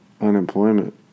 unemployment